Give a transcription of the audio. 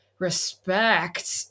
Respect